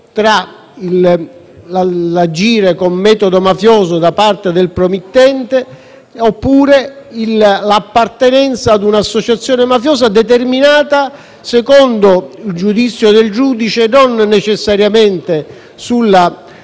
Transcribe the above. tra l'agire con metodo mafioso da parte del promittente oppure l'appartenenza ad una associazione mafiosa determinata, secondo il giudizio del giudice, non necessariamente sulla